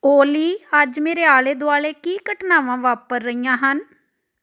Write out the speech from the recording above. ਓਲੀ ਅੱਜ ਮੇਰੇ ਆਲੇ ਦੁਆਲੇ ਕੀ ਘਟਨਾਵਾਂ ਵਾਪਰ ਰਹੀਆਂ ਹਨ